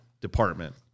department